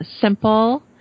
simple